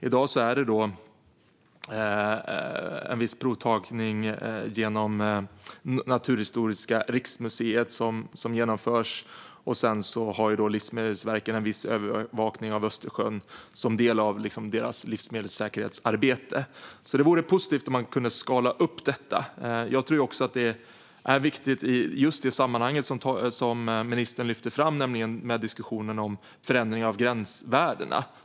I dag sker viss provtagning genom Naturhistoriska riksmuseet, och Livsmedelsverket har viss övervakning av Östersjön som en del av sitt livsmedelssäkerhetsarbete. Det vore alltså positivt om man kunde skala upp detta. Jag tror också att det är viktigt i just det sammanhang som ministern lyfter fram, nämligen i diskussionen om förändring av gränsvärdena.